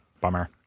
Bummer